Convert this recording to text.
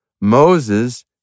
Moses